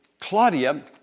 Claudia